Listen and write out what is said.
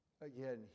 Again